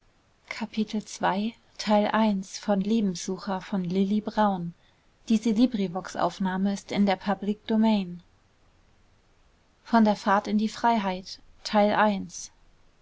in hochseß zweites kapitel von der fahrt in die freiheit